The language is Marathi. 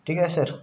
ठीक आहे सर